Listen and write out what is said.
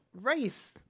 race